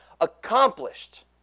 accomplished